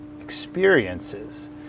experiences